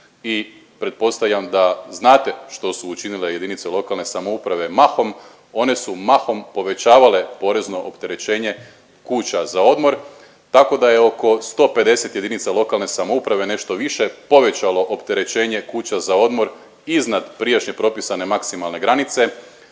i pretpostavljam da znate što su učinile jedinice lokalne samouprave. Mahom one su mahom povećavale porezno opterećenje kuća za odmor tako da je oko 150 jedinica lokalne samouprave nešto više, povećalo opterećenje kuća za odmor iznad prijašnje propisane maksimalne granice,